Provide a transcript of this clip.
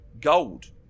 gold